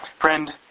Friend